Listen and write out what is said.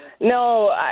No